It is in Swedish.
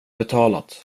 betalat